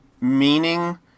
meaning